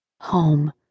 Home